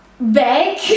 Back